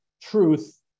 truth